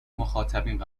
مخاطبین